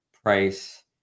price